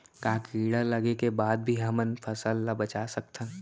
का कीड़ा लगे के बाद भी हमन फसल ल बचा सकथन?